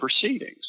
proceedings